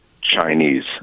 Chinese